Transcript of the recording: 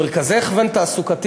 מרכזי הכוון תעסוקתי,